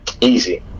easy